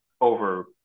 over